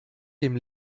dem